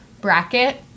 bracket